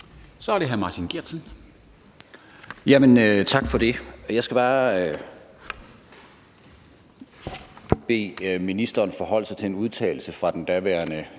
Så er det hr. Martin Geertsen.